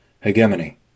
hegemony